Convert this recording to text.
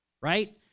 right